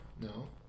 No